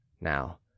Now